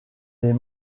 les